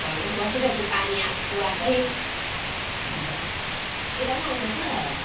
घरमै बसिरहेको छु पानी आएको आएकै हजुर त्यता पनि आउँदैछ